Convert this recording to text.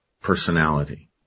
personality